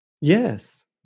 Yes